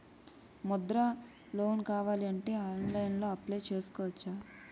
Mudra loan కావాలి అంటే ఆన్లైన్లో అప్లయ్ చేసుకోవచ్చా?